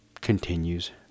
continues